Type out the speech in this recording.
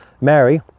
Mary